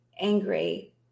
angry